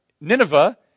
Nineveh